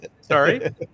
Sorry